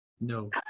No